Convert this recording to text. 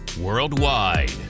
worldwide